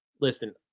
Listen